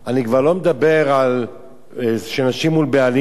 אני כבר לא מדבר על נשים מול בעלים,